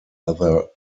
other